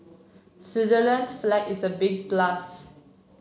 Switzerland's flag is a big plus